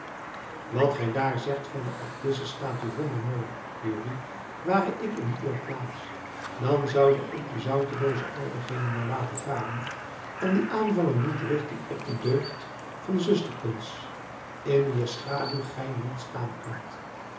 wat gij daar zegt van de abdisse staat u wonder mooi jurrie ware ik in uwe plaats dan zoude ik die zoutelooze aardigheden maar laten varen en die aanvallen niet richten op de deugd van zusterkens in wier schaduw gij niet staan kunt